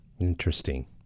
Interesting